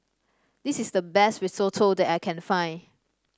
this is the best Risotto that I can find